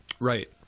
Right